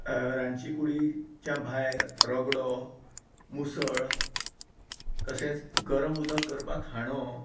रांदचे कुडीच्या भायर रगडो मूसळ तशेंच गरम उदक करपाक हांडो